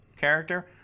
character